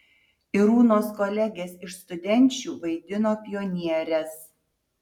irūnos kolegės iš studenčių vaidino pionieres